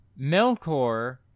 Melkor